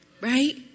right